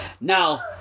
Now